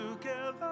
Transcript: together